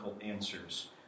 answers